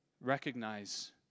recognize